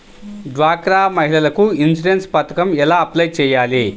డ్వాక్రా మహిళలకు ఇన్సూరెన్స్ పథకం ఎలా అప్లై చెయ్యాలి?